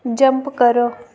jump करो